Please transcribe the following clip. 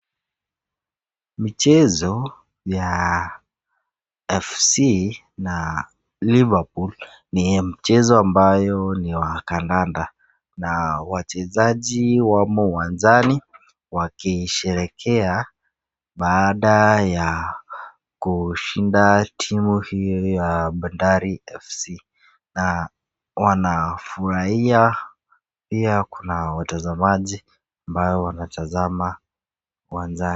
Michezo ya FC na Liverpool ni mchezo ambayo ni wa kandanda na wachezaji wamo uwanjani wakisherehekea baada ya kushinda timu hiyo ya Bandari FC na wanafurahia pia kuna watazamaji ambao wanatazama uwanjani.